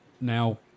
Now